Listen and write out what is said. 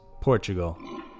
Portugal